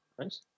Nice